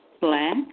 Black